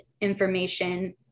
information